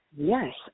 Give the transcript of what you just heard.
Yes